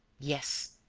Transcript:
yes,